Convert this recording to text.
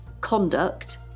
conduct